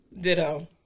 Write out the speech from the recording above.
Ditto